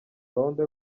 gahunda